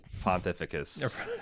pontificus